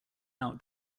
out